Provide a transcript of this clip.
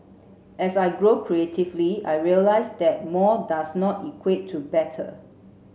as I grow creatively I realise that more does not equate to better